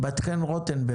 בת חן רוטנברג,